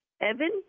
Evan